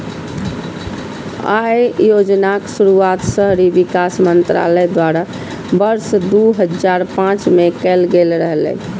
अय योजनाक शुरुआत शहरी विकास मंत्रालय द्वारा वर्ष दू हजार पांच मे कैल गेल रहै